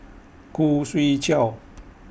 Khoo Swee Chiow